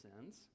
sins